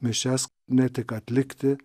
mišias ne tik atlikti